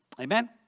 Amen